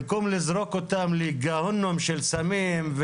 במקום לזרוק אותם לגהינום של סמים,